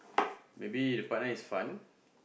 maybe the partner is fun